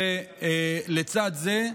ולצד זה,